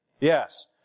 Yes